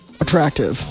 attractive